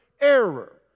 error